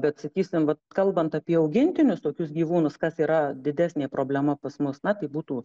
bet sakysim vat kalbant apie augintinius tokius gyvūnus kas yra didesnė problema pas mus na tai būtų